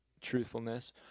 truthfulness